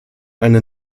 eine